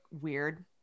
weird